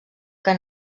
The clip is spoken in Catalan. que